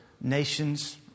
nations